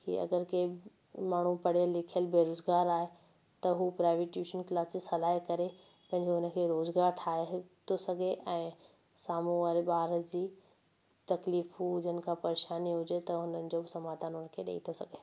की अगरि कंहिं माण्हू पढ़ियल लिखियल बेरोज़गारु आहे त हू प्राइवेट ट्यूशन क्लासिस हलाए करे पंहिंजे हुनखे रोज़गारु ठाहे थो सघे ऐं साम्हूं वारे ॿार जी तकलीफ़ू हुजनि का परेशानी हुजे त उन्हनि जो बि समाधानु हुनखे ॾेई था सघनि